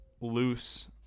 loose